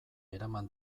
eraman